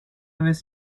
vez